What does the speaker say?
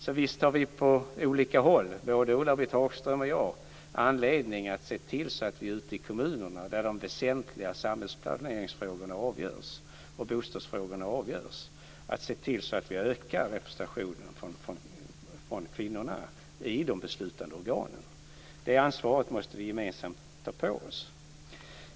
Så visst har vi på olika håll, både Ulla-Britt Hagström och jag, anledning att se till att vi ökar kvinnornas representation i de beslutande organen ute i kommunerna, där de väsentliga samhällsplaneringsfrågorna och bostadsfrågorna avgörs. Det ansvaret måste vi gemensamt ta på oss.